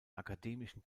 akademischen